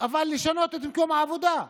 אבל לשנות את מקום העבודה,